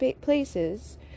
places